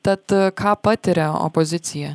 tad ką patiria opozicija